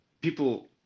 people